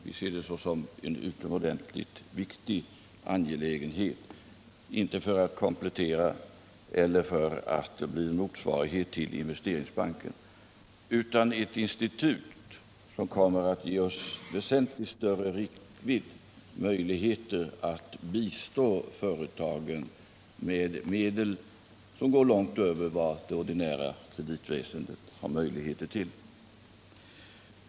Vi ser detta som en utomordentligt viktig angelägenhet, inte för att komplettera eller skapa en motsvarighet till Investeringsbanken utan för att få ett 2 institut som kommer att ge oss väsentligt större räckvidd och möjligheter att bistå företagen med medel som går långt utöver vad det ordinarie kreditväsendet har möjligheter till.